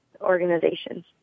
organizations